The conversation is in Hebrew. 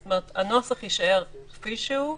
זאת אומרת, הנוסח יישאר כפי שהוא,